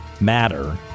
matter